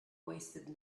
wasted